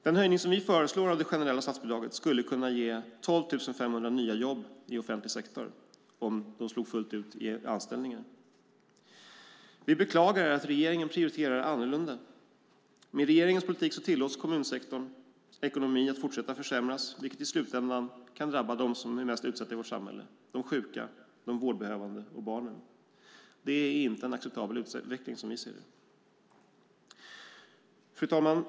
Den höjning av det generella statsbidraget som vi föreslår skulle kunna ge 12 500 nya jobb i offentlig sektor om det slog fullt ut i anställningar. Vi beklagar att regeringen prioriterar annorlunda. Med regeringens politik tillåts kommunsektorns ekonomi att fortsätta att försämras, vilket i slutändan kan drabba dem som är mest utsatta i vårt samhälle: de sjuka, de vårdbehövande och barnen. Det är inte en acceptabel utveckling som vi ser det. Fru talman!